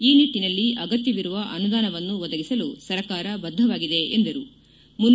ಈ ನಿಟ್ಟಿನಲ್ಲಿ ಅಗತ್ತವಿರುವ ಅನುದಾನವನ್ನು ಒದಗಿಸಲು ಸರ್ಕಾರ ಬದ್ದವಾಗಿದೆ ಎಂದರು